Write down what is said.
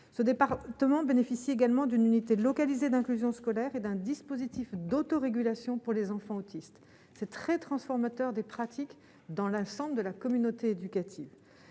ce départ bénéficie également d'une unité localisée d'inclusion scolaire et d'un dispositif d'autorégulation pour les enfants autistes, c'est très transformateurs des pratiques dans l'ensemble de la communauté éducative,